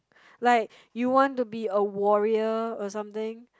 like you want to be a warrior or something